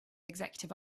executive